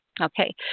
Okay